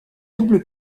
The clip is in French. double